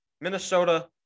Minnesota